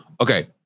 Okay